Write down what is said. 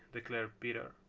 declared peter,